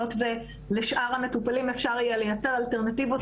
היות ולשאר המטופלים אפשר יהיה לייצר אלטרנטיבות